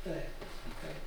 taip taip